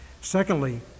Secondly